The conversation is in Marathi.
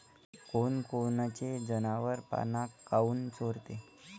कोनकोनचे जनावरं पाना काऊन चोरते?